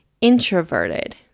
introverted